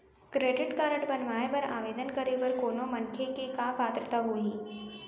Credit card बनवाए बर आवेदन करे बर कोनो मनखे के का पात्रता होही?